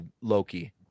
Loki